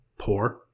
Poor